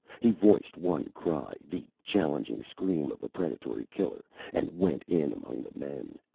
he voiced one cry, the challenging scream of a predatory killer, and went in among the men.